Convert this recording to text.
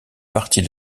partie